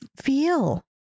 feel